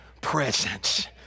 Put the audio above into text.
presence